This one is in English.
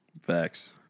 Facts